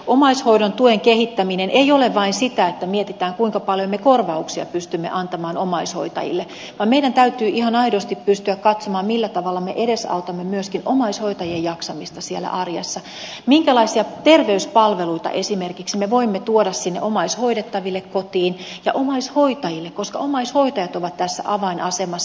omaishoidon tuen kehittäminen ei ole vain sitä että mietitään kuinka paljon me korvauksia pystymme antamaan omaishoitajille vaan meidän täytyy ihan aidosti pystyä katsomaan millä tavalla me edesautamme myöskin omaishoitajien jaksamista siellä arjessa minkälaisia terveyspalveluita esimerkiksi me voimme tuoda sinne omaishoidettaville kotiin ja omaishoitajille koska omaishoitajat ovat tässä avainasemassa